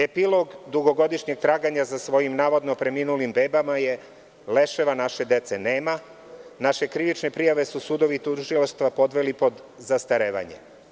Epilog dugogodišnjeg traganja za svojim navodno preminulim bebama je – leševa naše dece nema, naše krivične prijave su sudovi i tužilaštva podveli pod zastarevanje.